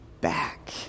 back